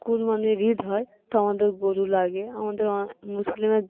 কুরবানির ঈদ হয় তো আমাদের গরু লাগে আমাদের মুসলিমের